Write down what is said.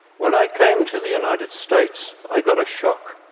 when i came to the united states, i got a shock,